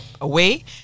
away